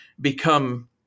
become